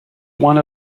one